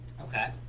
Okay